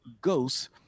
ghosts